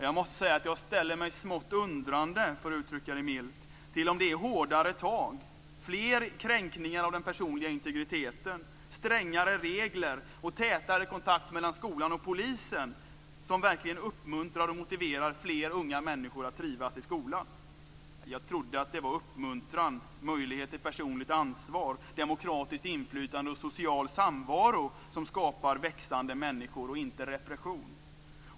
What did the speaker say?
Jag måste säga att jag ställer mig smått undrande, för att uttrycka det milt, till om det är hårdare tag, fler kränkningar av den personliga integriteten, strängare regler och tätare kontakt mellan skolan och polisen som verkligen uppmuntrar och motiverar fler unga människor att trivas i skolan. Jag trodde att det var uppmuntran, möjlighet till personligt ansvar, demokratiskt inflytande och social samvaro som skapar växande människor, inte repression.